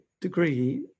degree